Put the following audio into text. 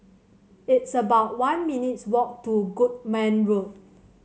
it's about one minutes' walk to Goodman Road